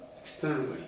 externally